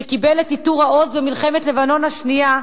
שקיבל את עיטור העוז במלחמת לבנון השנייה,